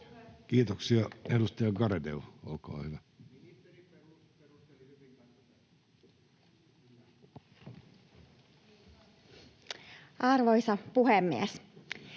Kiitoksia. — Edustaja Garedew, olkaa hyvä. Arvoisa puhemies!